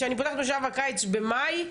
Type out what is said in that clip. במאי,